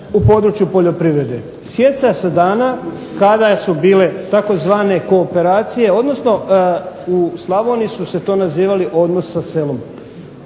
u području poljoprivrede. Sjećam se dana kada su bile tzv. kooperacije odnosno u Slavoniji su se to nazivali odnos sa selom,